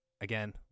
again